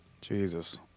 Jesus